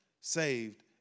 saved